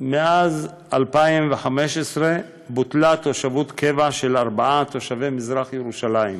מאז 2015 בוטלה תושבות קבע של ארבעה תושבי מזרח ירושלים: